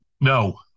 No